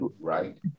Right